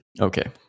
Okay